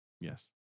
Yes